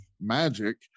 magic